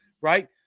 right